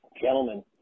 Gentlemen